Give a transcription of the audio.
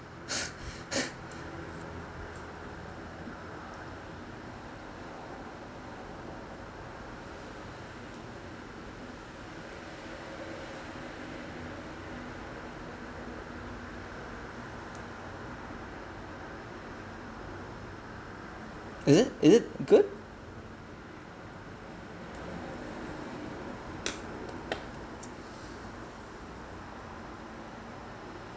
is it is it good